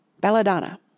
Belladonna